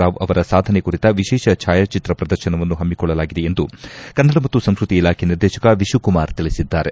ರಾವ್ ಅವರ ಸಾಧನೆ ಕುರಿತ ವಿಶೇಷ ಛಾಯಾಚಿತ್ರ ಪ್ರದರ್ಶನವನ್ನು ಹಮ್ಮಿಕೊಳ್ಳಲಾಗಿದೆ ಎಂದು ಕನ್ನಡ ಮತ್ತು ಸಂಸ್ಕೃತಿ ಇಲಾಖೆ ನಿರ್ದೇಶಕ ವಿಶುಕುಮಾರ್ ತಿಳಿಸಿದ್ದಾರೆ